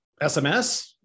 SMS